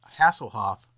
hasselhoff